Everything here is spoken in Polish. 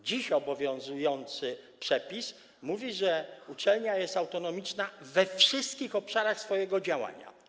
Dziś obowiązujący przepis mówi, że uczelnia jest autonomiczna we wszystkich obszarach swojego działania.